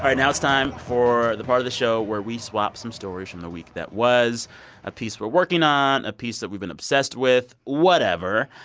now it's time for the part of the show where we swap some stories from the week that was a piece we're working on, a piece that we've been obsessed with, whatever.